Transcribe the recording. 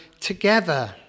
together